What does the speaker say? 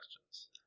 questions